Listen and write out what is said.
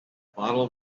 bottle